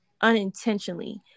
unintentionally